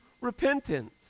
repentance